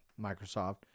Microsoft